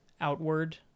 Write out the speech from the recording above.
outward